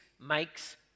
makes